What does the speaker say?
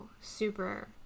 super